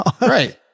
Right